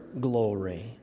glory